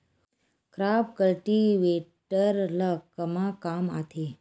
Crop cultivator ला कमा काम आथे?